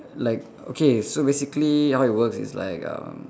like okay so basically how it works is like um